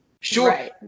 Sure